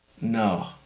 No